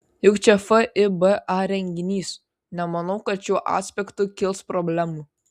juk čia fiba renginys nemanau kad šiuo aspektu kils problemų